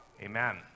Amen